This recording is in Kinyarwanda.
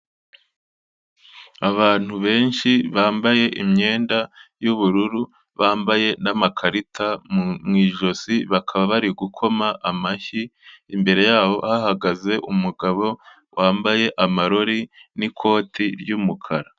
Abantu benshi bambaye imyenda y'ubururu, bambaye n'amakarita mu ijosi bakaba bari gukoma amashyi, imbere yabo hahagaze umugabo wambaye amarori n'ikoti ry'umukara.